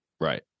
Right